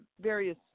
various